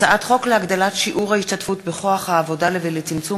הצעת חוק להגדלת שיעור ההשתתפות בכוח העבודה ולצמצום